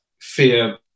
fear